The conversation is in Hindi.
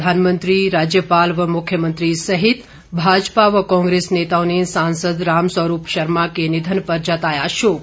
प्रधानमंत्री राज्यपाल व मुख्यमंत्री सहित भाजपा व कांग्रेस नेताओं ने सांसद रामस्वरूप शर्मा के निधन पर जताया शोक